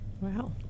Wow